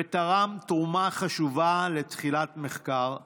ותרם תרומה חשובה לתחילת מחקר זה.